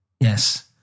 Yes